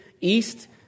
east